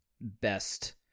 best